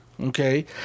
okay